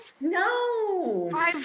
No